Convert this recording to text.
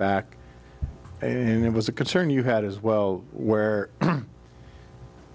back and it was a concern you had as well where